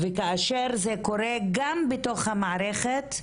וכאשר זה קורה גם בתוך המערכת,